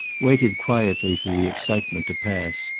waited quietly for the excitement to pass.